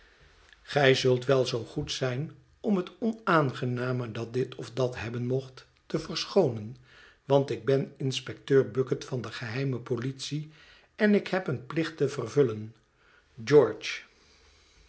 gij zult wel zoo goed zijn om het onaangename dat dit of dat hebben mocht te verschoonen want ik ben inspecteur bucket van de geheime politie en ik heb een plicht te vervullen